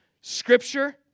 scripture